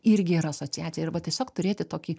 irgi yra asociacija ir va tiesiog turėti tokį